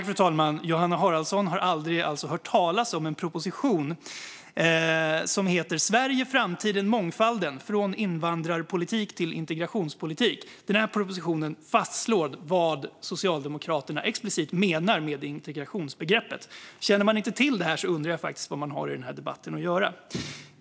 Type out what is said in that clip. Fru talman! Johanna Haraldsson har alltså aldrig hört talas om en proposition som heter Sverige, framtiden och mångfalden - från invandrarpolitik till integrationspolitik . Den här proposition fastslår explicit vad Socialdemokraterna menar med integrationsbegreppet. Känner man inte till detta undrar jag faktiskt vad man har i den här debatten att göra.